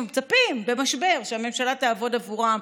הם מצפים שהממשלה תעבוד עבורם,